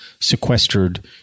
sequestered